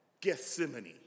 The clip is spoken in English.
Gethsemane